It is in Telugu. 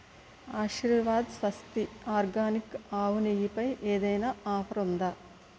ఆశీర్వాద్ స్వస్తి ఆర్గానిక్ ఆవునెయ్యి పై ఏదైనా ఆఫర్ ఉందా